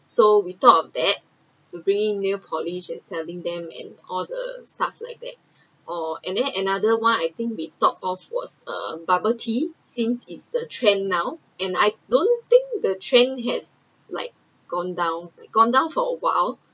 so we thought of that to bring in nail polish and selling them and all the stuffs like that or and then another one I think we thought of was uh bubble tea since is the trend now and I don’t think the trend has liked gone down gone down for awhile